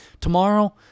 Tomorrow